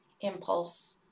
impulse